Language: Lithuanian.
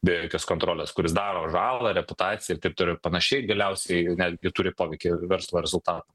be jokios kontrolės kuris daro žalą reputacijai ir taip toliau ir panašiai galiausiai netgi turi poveikį verslo rezultat